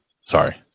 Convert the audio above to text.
Sorry